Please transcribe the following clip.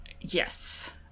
Yes